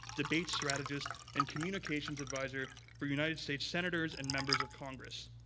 debate strategist, and communications adviser for united states senators and members of congress.